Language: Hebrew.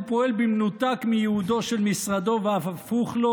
פועל במנותק מייעודו של משרדו ואף הפוך לו,